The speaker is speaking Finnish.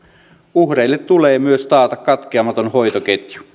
uhreille tulee myös taata katkeamaton hoitoketju